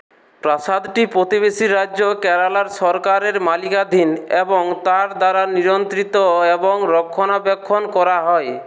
প্রাসাদটি প্রতিবেশী রাজ্য কেরালার সরকারের মালিকানাধীন এবং তার দ্বারা নিয়ন্ত্রিত এবং রক্ষণাবেক্ষণ করা হয়